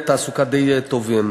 תעסוקה די טובים.